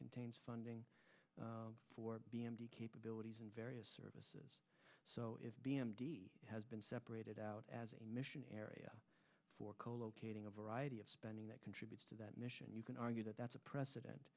contains funding for b m d capabilities in various services so if b m d has been separated out as a mission area for co locating a variety of spending that contributes to that mission you can argue that that's a precedent